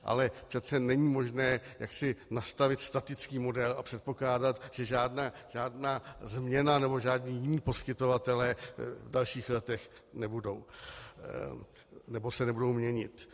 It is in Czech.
Ale přece není možné nastavit statický model a předpokládat, že žádná změna nebo žádní jiní poskytovatelé v dalších letech nebudou nebo se nebudou měnit.